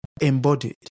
embodied